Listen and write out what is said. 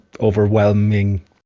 overwhelming